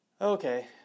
okay